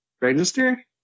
register